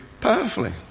powerfully